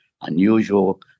unusual